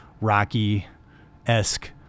Rocky-esque